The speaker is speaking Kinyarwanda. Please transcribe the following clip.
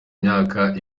imyaka